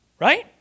Right